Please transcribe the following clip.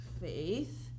Faith